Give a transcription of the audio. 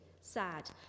sad